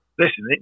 listen